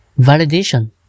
validation